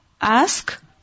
ask